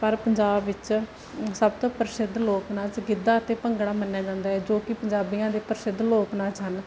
ਪਰ ਪੰਜਾਬ ਵਿੱਚ ਸਭ ਤੋਂ ਪ੍ਰਸਿੱਧ ਲੋਕ ਨਾਚ ਗਿੱਧਾ ਅਤੇ ਭੰਗੜਾ ਮੰਨਿਆ ਜਾਂਦਾ ਜੋ ਕਿ ਪੰਜਾਬੀਆਂ ਦੇ ਪ੍ਰਸਿੱਧ ਲੋਕ ਨਾਚ ਹਨ